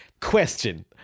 Question